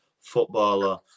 Footballer